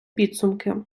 підсумки